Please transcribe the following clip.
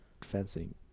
Fencing